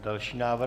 Další návrh?